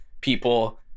People